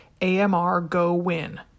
AMRGOWIN